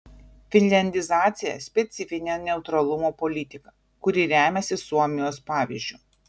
finliandizacija specifinė neutralumo politika kuri remiasi suomijos pavyzdžiu